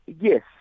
Yes